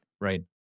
Right